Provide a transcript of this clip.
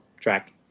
track